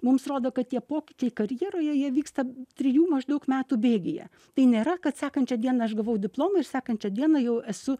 mums rodo kad tie pokyčiai karjeroje jie vyksta trijų maždaug metų bėgyje tai nėra kad sekančią dieną aš gavau diplomą ir sekančią dieną jau esu